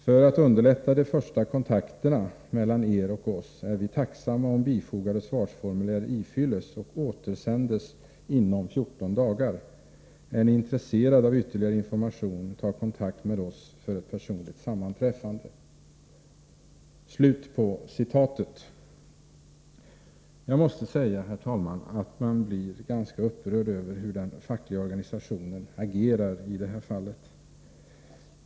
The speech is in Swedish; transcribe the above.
För att underlätta de första kontakterna mellan Er och oss, är vi tacksamma om bifogade svarsformulär ifylles och återsändes inom 14 dagar. Är Ni intresserad av ytterligare information, ta kontakt med oss för ett personligt sammanträffande.” Jag måste säga, herr talman, att jag blir upprörd över hur den fackliga organisationen i det här fallet agerar.